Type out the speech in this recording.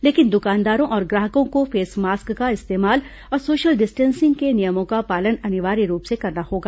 लेकिन दुकानदारों और ग्राहकों को फेसमास्क का इस्तेमाल और सोशल डिस्टेंसिंग के नियमों का पालन अनिवार्य रूप से करना होगा